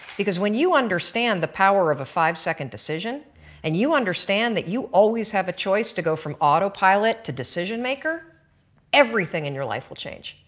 because when you understand the power of a five second decision and you understand that you always have a choice to go from autopilot to decision maker everything in your life will change.